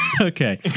Okay